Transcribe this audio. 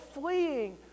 fleeing